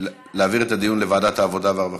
להעביר את הדיון לוועדת העבודה והרווחה?